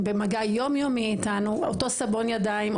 במגע יום-יומי אתנו - אותו סבון ידיים,